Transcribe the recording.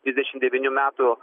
trisdešimt devynių metų